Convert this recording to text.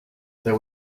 there